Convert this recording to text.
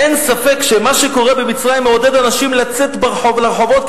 אין ספק שמה שקורה במצרים מעודד אנשים לצאת אל הרחובות,